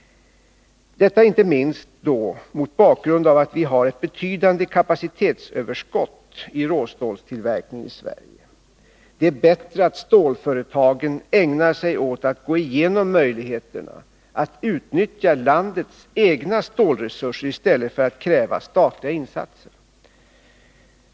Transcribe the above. Detta inte minst mot bakgrund av att vi har betydande kapacitetsöverskott i råstålstillverkningen i Sverige. Det är bättre att stålföretagen ägnar sig åt att gå igenom vilka möjligheter som finns att utnyttja landets egna siålresurser, i stället för att kräva statliga insatser.